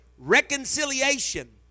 Reconciliation